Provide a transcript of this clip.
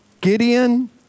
Gideon